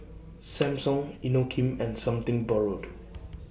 Samsung Inokim and Something Borrowed